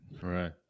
Right